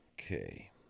Okay